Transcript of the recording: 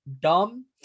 dumb